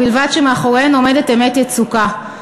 ובלבד שמאחוריהן עומדת אמת יצוקה,